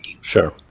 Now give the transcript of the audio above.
Sure